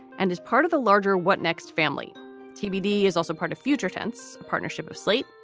and as part of the larger what next family tbd is also part of future tense partnership of slate,